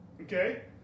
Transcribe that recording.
Okay